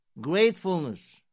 Gratefulness